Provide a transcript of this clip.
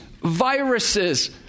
viruses